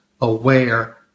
aware